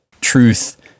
truth